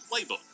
playbook